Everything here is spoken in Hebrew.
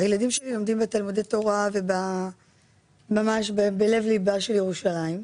והילדים שלי לומדים בתלמודי תורה ממש בלב ליבה של ירושלים,